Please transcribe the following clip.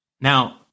Now